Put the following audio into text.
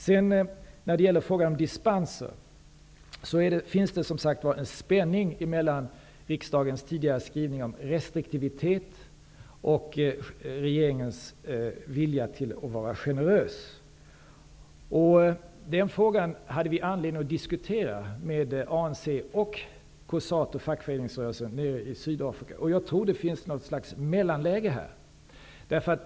Det finns när det gäller dispenser en spänning mellan riksdagens tidigare skrivning om restriktivitet och regeringens vilja till generositet. Den frågan hade vi anledning att diskutera med Jag tror att det finns ett slags mellanläge här.